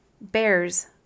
bears